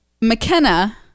McKenna